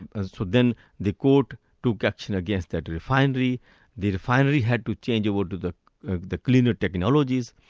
and ah so then the court took action against that refinery the refinery had to change over to the ah the cleaner technologies,